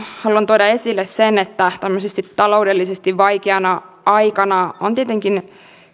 haluan tuoda esille sen että tämmöisenä taloudellisesti vaikeana aikana on tietenkin